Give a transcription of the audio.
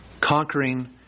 Conquering